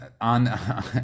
on